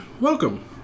welcome